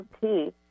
tea